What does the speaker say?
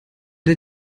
der